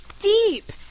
deep